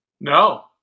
No